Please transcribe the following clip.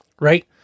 right